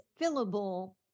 fillable